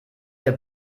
der